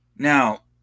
Now